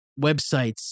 websites